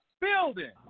building